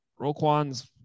Roquan's